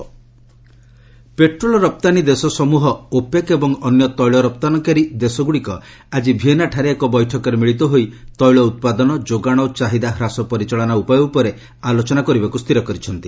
OPEC petrol ରପ୍ତାନୀ ଦେଶ ସମ୍ବହ ଓପେକ ଏବଂ ଅନ୍ୟ ତେିଳ ରପ୍ତାନୀକାରୀ ଦେଶଗୁଡ଼ିକ ଆଜି ଭିଏନ୍ନାଠାରେ ଏକ ବୈଠକରେ ମିଳିତ ହୋଇ ତୈଳ ଉତ୍ପାଦନ ଯୋଗାଣ ଓ ଚାହିଦା ହ୍ରାସ ପରିଚାଳନା ଉପାୟ ଉପରେ ଆଲୋଚନା କରିବାକୁ ସ୍ଥିର କରିଛନ୍ତି